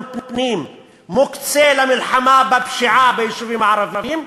פנים מוקצה למלחמה בפשיעה ביישובים הערביים?